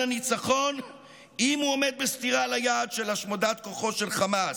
הניצחון אם הוא עומד בסתירה ליעד של השמדת כוחו של חמאס,